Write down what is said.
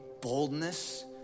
boldness